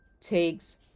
takes